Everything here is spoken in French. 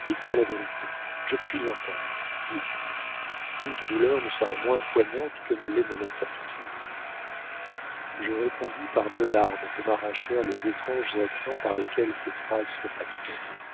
dites-moi la vérité je puis l'entendre dites toute douleur me sera moins poignante que ne l'est mon incertitude je répondis par deux larmes que m'arrachèrent les étranges accents par lesquels ces phrases furent accompagnées